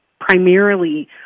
Primarily